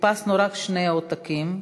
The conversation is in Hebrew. הדפסנו רק שני עותקים.